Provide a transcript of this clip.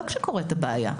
לא כשקוראת הבעיה,